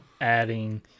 adding